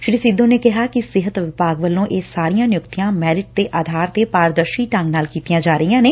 ਸ੍ਰੀ ਸਿੱਧੂ ਨੇ ਕਿਹਾ ਕਿ ਸਿਹਤ ਵਿਭਾਗ ਵੱਲੋਂ ਇਹ ਸਾਰੀਆਂ ਨਿਯੁਕਤੀਆਂ ਮੈਰਿਟ ਦੇ ਆਧਾਰ ਤੇ ਪਾਰਦਰਸ਼ੀ ਢੰਗ ਨਾਲ ਕੀਤੀਆਂ ਜਾ ਰਹੀਆਂ ਨੇ